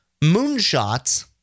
Moonshots